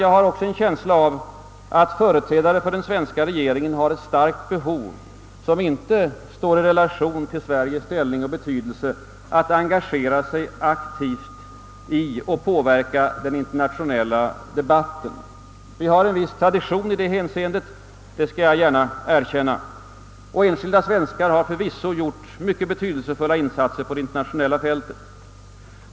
Jag har också en känsla av att företrädare för den svenska regeringen har ett starkt behov — som inte står i relation till Sveriges ställning och betydelse — att engagera sig aktivt i och påverka den internationella debatten. Vi har en viss tradition i det hänseendet — det skall jag gärna erkänna — och enskilda svenskar har förvisso gjort mycket betydelsefulla insatser på det internationella fältet.